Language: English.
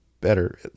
better